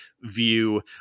view